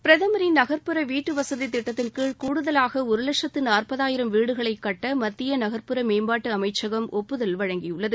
பிரதமரின் நகர்ப்புற வீடுவசதி திட்டத்தின்கீழ் கடுதவாக ஒரு வட்சத்து நாற்பாயிரம் வீடுகளை கட்ட மத்திய நகர்ப்புற மேம்பாட்டு அமைச்சகம் ஒப்புதல் வழங்கியுள்ளது